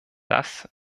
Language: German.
das